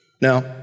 Now